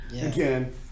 again